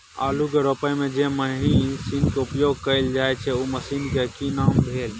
आलू के रोपय में जे मसीन के उपयोग कैल जाय छै उ मसीन के की नाम भेल?